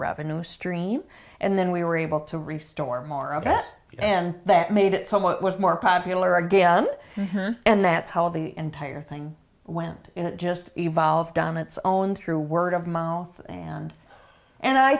revenue stream and then we were able to restore more of that and that made it to what was more popular again and that's how the entire thing went it just evolved on its own through word of mouth and and i